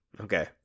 Okay